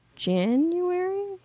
January